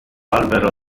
albero